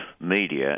media